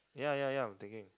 ya ya ya I'm thinking